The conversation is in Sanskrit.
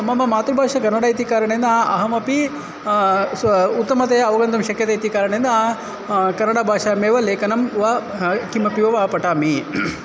मम मातृभाषा कन्नडम् इति कारणेन अहमपि उत्तमतया अवगन्तुं शक्यते इति कारणेन कन्नडभाषायामेव लेखनं वा किमपि वा पठामि